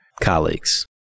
colleagues